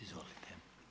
Izvolite.